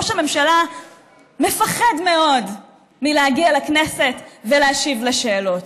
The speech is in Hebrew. ראש הממשלה מפחד מאוד להגיע לכנסת ולהשיב על שאלות.